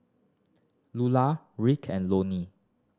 Lular Reed and Lonnie